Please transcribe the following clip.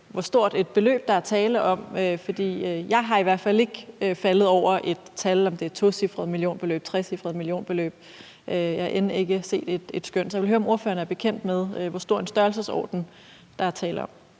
hvor stort et beløb der er tale om? Jeg er i hvert fald ikke faldet over et tal, i forhold til om det er et tocifret eller et trecifret millionbeløb. Jeg har end ikke set et skøn. Så jeg vil høre, om ordføreren er bekendt med, hvor stor en størrelsesorden der er tale om.